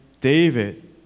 David